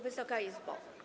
Wysoka Izbo!